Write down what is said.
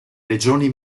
regioni